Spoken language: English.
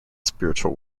spiritual